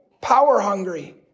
power-hungry